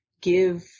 give